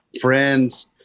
friends